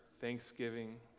thanksgiving